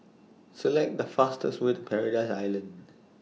Select The fastest Way to Paradise Island